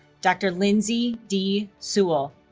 dr. lindsay d. sewell